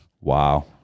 Wow